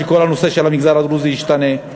שכל הנושא של המגזר הדרוזי ישתנה,